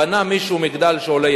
בנה מישהו מגדל שעולה,